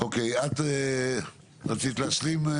את רצית להשלים?